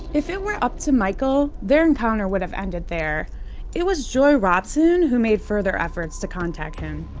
if it were upto michael, their encounter would have ended there it was joy robson who made further efforts to contact him.